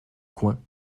coin